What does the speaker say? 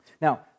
Now